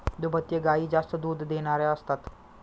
दुभत्या गायी जास्त दूध देणाऱ्या असतात